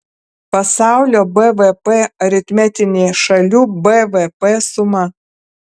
pasaulio bvp aritmetinė šalių bvp suma